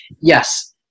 yes